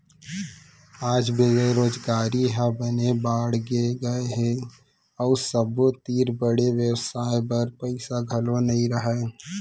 आज बेरोजगारी ह बने बाड़गे गए हे अउ सबो तीर बड़े बेवसाय बर पइसा घलौ नइ रहय